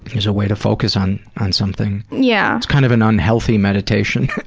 is a way to focus on on something. yeah it's kind of an unhappy meditation.